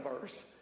verse